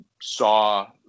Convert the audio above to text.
saw